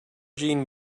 jean